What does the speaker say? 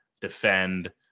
defend